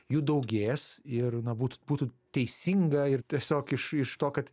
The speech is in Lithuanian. jų daugės ir na būtų būtų teisinga ir tiesiog iš iš to kad